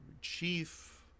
chief